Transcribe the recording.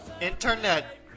Internet